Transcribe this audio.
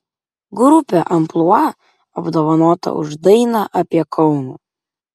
grupė amplua apdovanota už dainą apie kauną